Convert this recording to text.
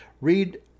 read